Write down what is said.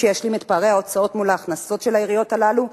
שישלים את פערי ההוצאות מול ההכנסות של העיריות הללו,